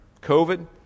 COVID